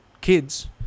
kids